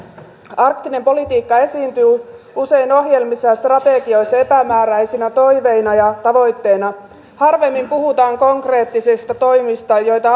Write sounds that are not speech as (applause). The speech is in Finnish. arktinen politiikka esiintyy usein ohjelmissa ja strategioissa epämääräisinä toiveina ja tavoitteina harvemmin puhutaan konkreettisista toimista joita (unintelligible)